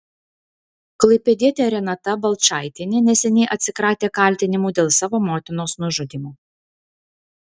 klaipėdietė renata balčaitienė neseniai atsikratė kaltinimų dėl savo motinos nužudymo